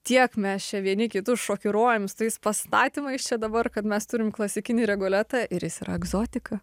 tiek mes čia vieni kitus šokiruojam su tais pastatymais čia dabar kad mes turim klasikinį rigoletą ir jis yra egzotika